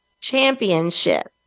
championship